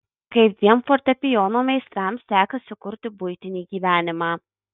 kaip dviem fortepijono meistrams sekasi kurti buitinį gyvenimą